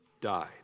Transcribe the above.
died